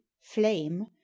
flame